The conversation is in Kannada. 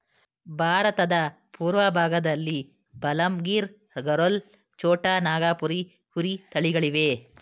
ಭಾರತದ ಪೂರ್ವಭಾಗದಲ್ಲಿ ಬಲಂಗಿರ್, ಗರೋಲ್, ಛೋಟಾ ನಾಗಪುರಿ ಕುರಿ ತಳಿಗಳಿವೆ